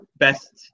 best